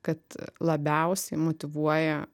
kad labiausiai motyvuoja